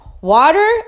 water